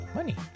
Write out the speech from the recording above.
Money